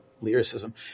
lyricism